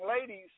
ladies